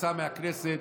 שיצאה מהכנסת